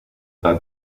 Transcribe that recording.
pas